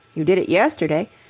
you did it yesterday,